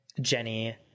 Jenny